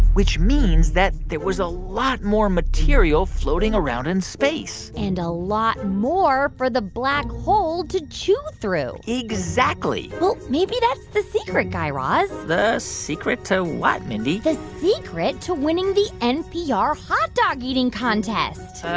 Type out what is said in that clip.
which means that there was a lot more material floating around in space and a lot more for the black hole to chew through exactly well, maybe that's the secret, guy raz the secret to what, mindy? the secret to winning the npr hot-dog-eating contest.